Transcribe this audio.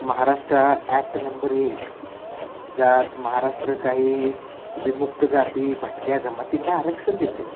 Maharashtra act number eight ज्यात महाराष्ट्र काही विमुक्त जाती भटक्या जमातींना आरक्षण देते